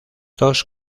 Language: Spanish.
dos